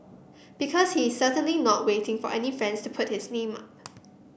because he is certainly not waiting for any friends to put his name up